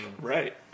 Right